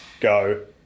go